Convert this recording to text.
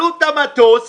עלות המטוס